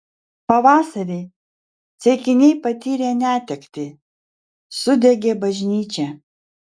pavasarį ceikiniai patyrė netektį sudegė bažnyčia